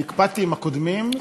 אני הקפדתי עם הקודמים,